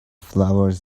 flowers